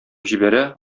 җибәрә